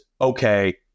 okay